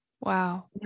Wow